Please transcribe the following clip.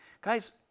Guys